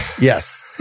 Yes